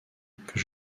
que